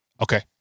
Okay